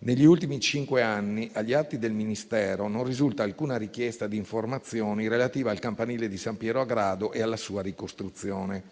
Negli ultimi cinque anni agli atti del Ministero non risulta alcuna richiesta di informazioni relative al campanile di San Piero a Grado e alla sua ricostruzione.